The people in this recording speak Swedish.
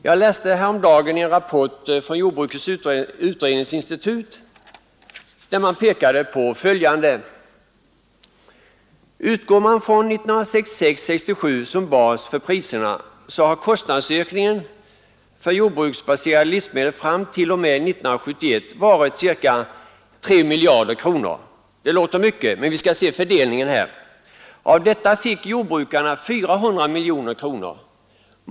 Jag läste häromdagen en rapport från Jordbrukets utredningsinstitut, där man framhöll följande: Utgår man från 1966—1967 som bas för priserna, har kostnadsökningen för jordbruksbaserade livsmedel fram till och med 1971 varit ca 3 miljarder kronor. Det låter mycket, men vi skall här se fördelningen. Jordbruket fick 400 miljoner kronor.